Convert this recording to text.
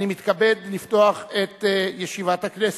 אני מתכבד לפתוח את ישיבת הכנסת.